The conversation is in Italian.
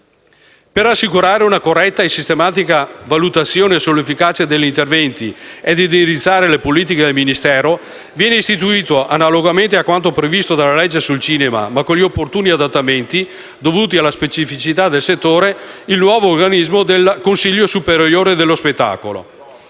Per assicurare una corretta e sistematica valutazione sull'efficacia degli interventi e indirizzare le politiche del Ministero, viene istituito, analogamente a quanto previsto dalla legge sul cinema, ma con gli opportuni adattamenti dovuti alla specificità del settore, il nuovo organismo del consiglio superiore dello spettacolo.